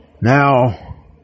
Now